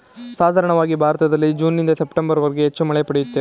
ಸಾಧಾರಣವಾಗಿ ಭಾರತದಲ್ಲಿ ಜೂನ್ನಿಂದ ಸೆಪ್ಟೆಂಬರ್ವರೆಗೆ ಹೆಚ್ಚು ಮಳೆ ಪಡೆಯುತ್ತೇವೆ